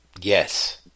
Yes